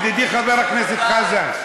ידידי חבר הכנסת חזן.